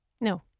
No